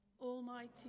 Almighty